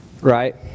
Right